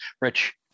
Rich